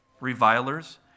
revilers